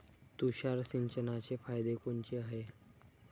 तुषार सिंचनाचे फायदे कोनचे हाये?